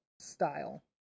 style